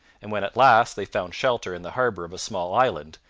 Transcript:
and when at last they found shelter in the harbor of a small island,